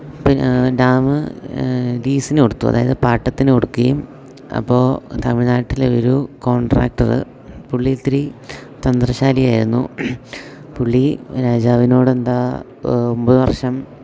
പിന്നെ ഡാമ് ഡീ സിന് കൊടുത്തു അതായത് പാട്ടത്തിന് കൊടുക്കുകയും അപ്പോൾ തമിഴ്നാട്ടിലെ ഒരു കോൺട്രാക്ടറ് പുള്ളി ഇത്തിരി തന്ത്രശാലിയായിരുന്നു പുള്ളി രാജാവിനോടെന്താ ഒൻപത് വർഷം